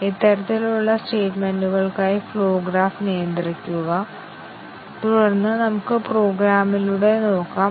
അതിനാൽ ഇവിടെ ഓരോ ആറ്റോമിക് കണ്ടിഷനും ശരിയും തെറ്റായ മൂല്യങ്ങളും കണക്കാക്കണം